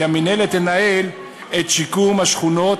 כי המינהלת תנהל את שיקום השכונות